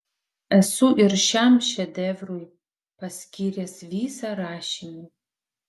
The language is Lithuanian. esu ir šiam šedevrui paskyręs visą rašinį